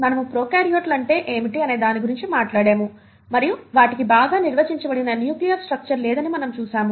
మనము ప్రొకార్యోట్లు అంటే ఏమిటి అనే దాని గురించి మాట్లాడాము మరియు వాటికి బాగా నిర్వచించబడిన న్యూక్లియర్ స్ట్రక్చర్ లేదని మనము చూశాము